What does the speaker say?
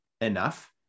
enough